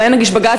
אולי נגיש בג"ץ.